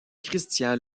christian